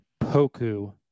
Poku